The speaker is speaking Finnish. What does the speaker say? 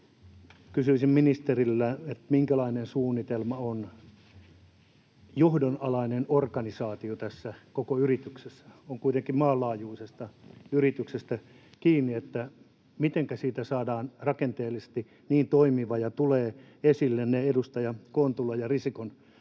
kysyisin ministeriltä, miten on suunniteltu johdon alainen organisaatio tässä koko yrityksessä: kun on kuitenkin maanlaajuisesta yrityksestä kyse, niin mitenkä siitä saadaan rakenteellisesti toimiva ja tulee esille ne edustaja Kontulan ja edustaja Risikon